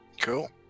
cool